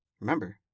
Remember